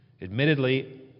Admittedly